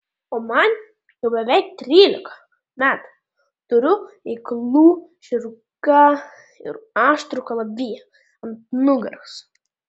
o man jau beveik trylika metų turiu eiklų žirgą ir aštrų kalaviją ant nugaros